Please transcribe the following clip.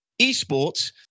eSports